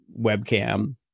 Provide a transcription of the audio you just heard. webcam